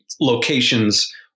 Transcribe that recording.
locations